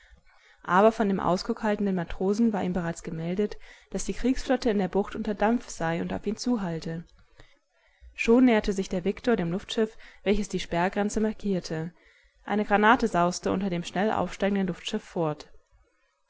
aber von dem ausguck haltenden matrosen war ihm bereits gemeldet daß die kriegsflotte in der bucht unter dampf sei und auf ihn zuhalte schon näherte sich der viktor dem luftschiff welches die sperrgrenze markierte eine granate sauste unter dem schnell aufsteigenden luftschiff